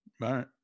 right